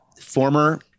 former